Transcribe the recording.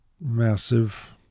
massive